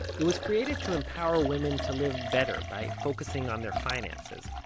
it was created to empower women to live better by focusing on their finances,